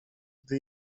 gdy